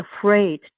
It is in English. afraid